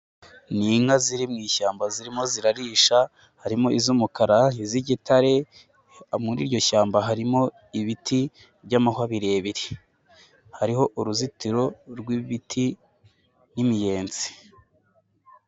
Ni inka ziri mu ishyamba zirimo zirarisha, harimo iz'umukara, iz'igitare, muri iryo shyamba harimo ibiti by'amahwa birebire, hariho uruzitiro rw'ibiti n'imiyenzi.